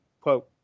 quote